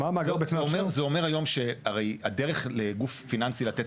זה אומר היום שהרי הדרך לגוף פיננסי לתת